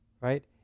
Right